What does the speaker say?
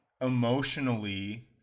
emotionally